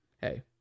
hey